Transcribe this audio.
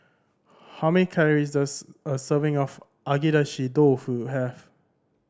how many calories does a serving of Agedashi Dofu have